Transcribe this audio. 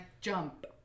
jump